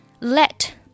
Let